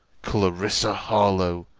clarissa harlowe!